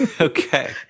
okay